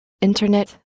internet